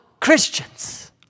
Christians